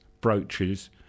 brooches